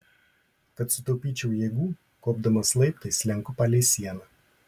kad sutaupyčiau jėgų kopdamas laiptais slenku palei sieną